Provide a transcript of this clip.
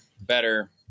better